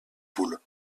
poules